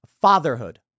fatherhood